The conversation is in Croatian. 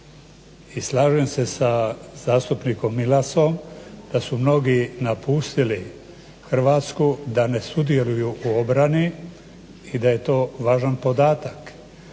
i slažem se sa zastupnikom Milasom da su mnogi napustili Hrvatsku da ne sudjeluju u obrani i da je to važan podatak.